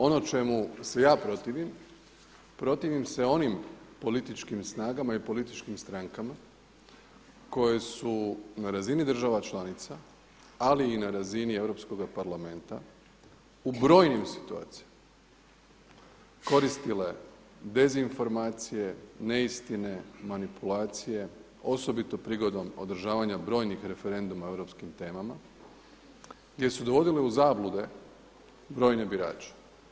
Ono čemu se ja protivim, protivim se onim političkim snagama i političkim strankama koje su na razini država članica ali i na razini Europskoga parlamenta u brojnim situacijama koristile dezinformacije, neistine, manipulacije osobito prigodom održavanja brojnih referenduma o europskim temama gdje su dovodile u zablude brojne birače.